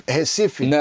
Recife